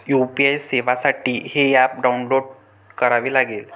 UPI सेवेसाठी हे app download करावे लागेल